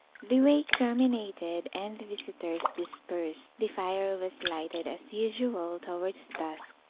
the wake terminated, and the visitors dispersed. the fire was lighted as usual towards dusk,